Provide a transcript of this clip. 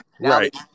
right